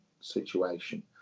situation